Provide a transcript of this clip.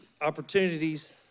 opportunities